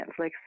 Netflix